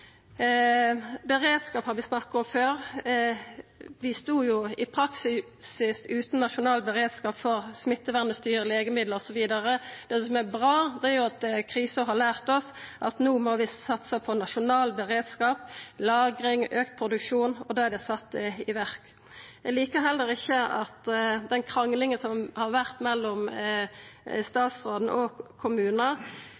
Beredskap har vi snakka om før. Vi stod i praksis utan nasjonal beredskap for smittevernutstyr, legemiddel osv. Det som er bra, er at krisa har lært oss at vi no må satsa på nasjonal beredskap, lagring, auka produksjon, og det er sett i verk. Eg likar heller ikkje den kranglinga som har vore mellom